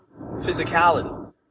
physicality